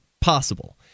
possible